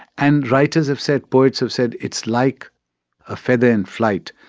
and writers have said, poets have said, it's like a feather in flight.